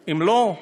הם, לא.